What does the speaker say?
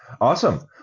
Awesome